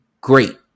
great